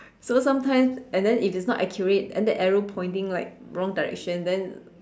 so sometimes and then if it's not accurate and the arrow pointing like wrong direction then